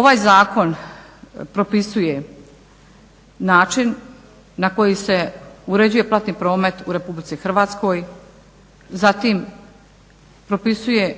Ovaj zakon propisuje način na koji se uređuje platni promet u RH, zatim propisuje